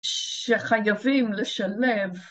שחייבים לשלב